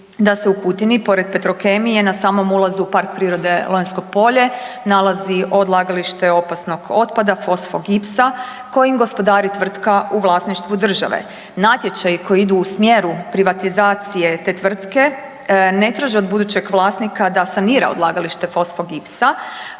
da se u Kutini pored Petrokemije na samom ulazu u PP Lonjsko polje nalazi odlagalište opasnog otpada fosfogipsa kojim gospodari tvrtka u vlasništvu države. Natječaji koji idu u smjeru privatizacije te tvrtke ne traži od budućeg vlasnika da sanira odlagalište fosfogipsa